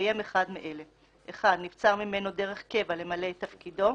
בהתקיים אחד מאלה: נבצר ממנו דרך קבע למלא את תפקידו,